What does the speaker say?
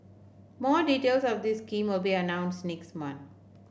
more details of this scheme will be announced next month